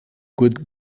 could